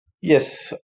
Yes